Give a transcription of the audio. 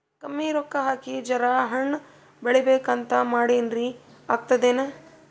ಕಮ್ಮಿ ರೊಕ್ಕ ಹಾಕಿ ಜರಾ ಹಣ್ ಬೆಳಿಬೇಕಂತ ಮಾಡಿನ್ರಿ, ಆಗ್ತದೇನ?